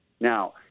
Now